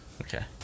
Okay